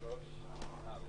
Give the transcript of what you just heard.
הצבעה לא אושר.